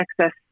excess